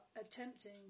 attempting